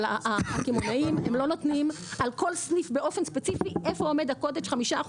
אבל הקמעונאים הם לא נותנים על כל סניף ספציפי איפה עומד קוטג' 5%,